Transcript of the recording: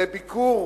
לביקור